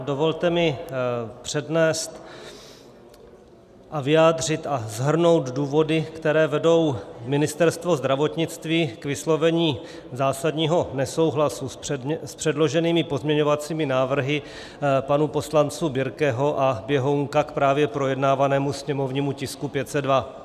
Dovolte mi přednést, vyjádřit a shrnout důvody, které vedou Ministerstvo zdravotnictví k vyslovení zásadního nesouhlasu s předloženými pozměňovacími návrhy pánů poslanců Birkeho a Běhounka k právě projednávanému sněmovnímu tisku 502.